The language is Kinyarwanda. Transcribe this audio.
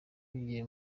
bigiye